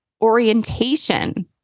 orientation